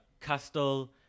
Castel